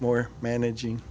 more managing